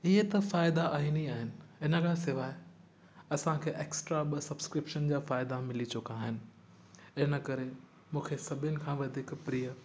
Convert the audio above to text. इहे त फ़ाइदा आहिनि ई आहिनि इन खां सवाइ असांखे एक्स्ट्रा ॿ सब्सक्रिप्शन जा फ़ाइदा मिली चुका आहिनि इन करे मूंखे सभिनि खां वधीक प्रिय